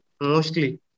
mostly